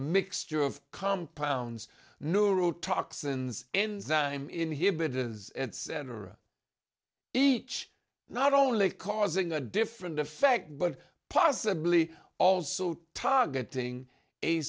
mixture of compounds neuro toxins enzyme inhibitors etc each not only causing a different effect but possibly also targeting a